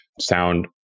sound